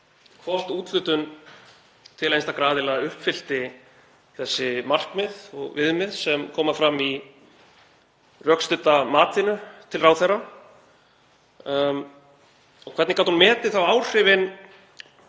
hvort úthlutun til einstakra aðila uppfyllti þau markmið og viðmið sem koma fram í rökstudda matinu til ráðherra? Hvernig gat hún þá metið áhrifin